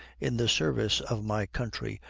in the service of my country,